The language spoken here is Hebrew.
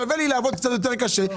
שווה לי לעבוד קצת יותר קשה,